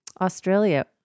Australia